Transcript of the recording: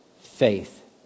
faith